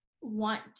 want